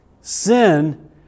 Sin